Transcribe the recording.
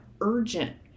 urgent